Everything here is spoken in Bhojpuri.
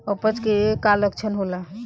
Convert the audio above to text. अपच के का लक्षण होला?